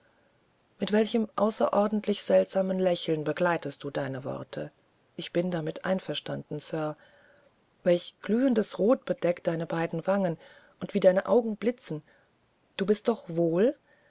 mit welchem außerordentlich seltsamen lächeln begleitetest du die worte ich bin damit einverstanden sir welch glühendes rot bedeckt deine beiden wangen und wie deine augen blitzen du bist doch wohl